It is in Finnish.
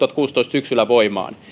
syksyllä kaksituhattakuusitoista voimaan